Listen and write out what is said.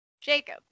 Jacob